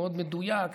מאוד מדויק,